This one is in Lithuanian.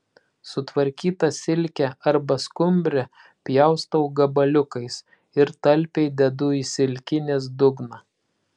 sutvarkytą silkę arba skumbrę pjaustau gabaliukais ir talpiai dedu į silkinės dugną